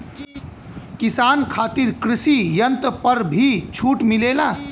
किसान खातिर कृषि यंत्र पर भी छूट मिलेला?